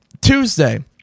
tuesday